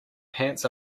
pants